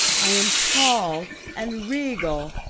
i am tall and regal,